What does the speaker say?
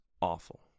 awful